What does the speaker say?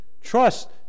trust